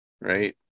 right